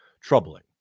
troubling